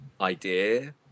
idea